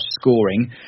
scoring